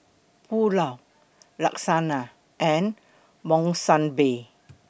Pulao Lasagna and Monsunabe